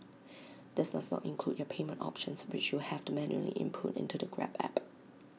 this does not include your payment options which you'll have to manually input into the grab app